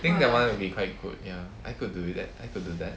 I think that one will be quite good ya I could do it I could do that